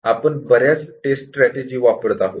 आपण बऱ्याच test strategy वापरत आहोत